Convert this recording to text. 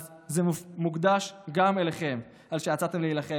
אז זה מוקדש גם לכם, על שיצאתם להילחם.